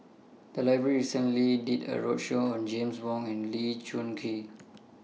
The Library recently did A roadshow on James Wong and Lee Choon Kee